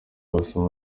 wasoma